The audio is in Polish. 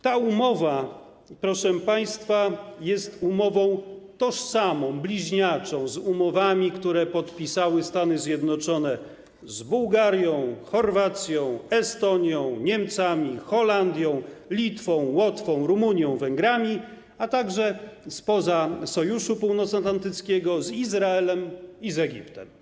Ta umowa, proszę państwa, jest umową tożsamą, bliźniaczą z umowami, które podpisały Stany Zjednoczone z Bułgarią, Chorwacją, Estonią, Niemcami, Holandią, Litwą, Łotwą, Rumunią i Węgrami, a także spoza Sojuszu Północnoatlantyckiego - z Izraelem i Egiptem.